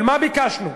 מה ביקשנו?